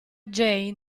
jane